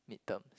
mid term